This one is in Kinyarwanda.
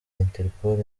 interpol